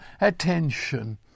attention